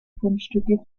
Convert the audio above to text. fundstücke